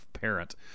parent